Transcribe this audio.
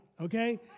okay